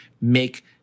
make